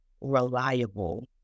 reliable